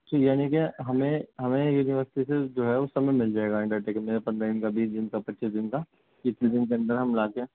تو یعنی کہ ہمیں ہمیں یہ جو یونیورسٹی جو ہے اس میں مل جائے گا انڈرٹیکنگ میں پندرہ دن کا بیس دن کا پچیس دن کا جتنے دن کے اندر ہم لا کے